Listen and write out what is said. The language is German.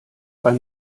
beim